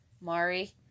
Mari